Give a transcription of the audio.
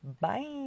bye